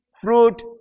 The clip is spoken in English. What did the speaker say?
fruit